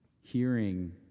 Hearing